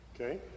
okay